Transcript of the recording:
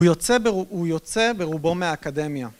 הוא יוצא ברובו מהאקדמיה